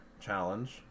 challenge